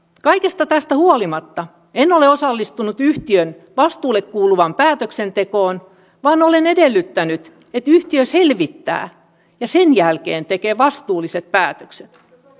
kaikesta tästä huolimatta en ole osallistunut yhtiön vastuulle kuuluvaan päätöksentekoon vaan olen edellyttänyt että yhtiö selvittää ja sen jälkeen tekee vastuulliset päätökset